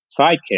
sidekick